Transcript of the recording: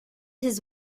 his